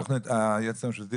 היועצת המשפטית